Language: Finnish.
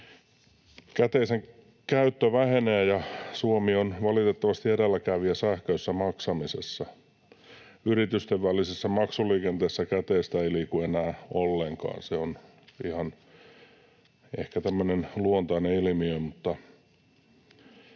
Käteisen käyttö vähenee, ja Suomi on valitettavasti edelläkävijä sähköisessä maksamisessa. Yritysten välisessä maksuliikenteessä käteistä ei liiku enää ollenkaan, se on ihan ehkä